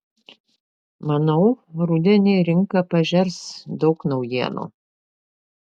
manau rudenį rinka pažers daug naujienų